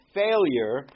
failure